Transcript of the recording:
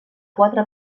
quatre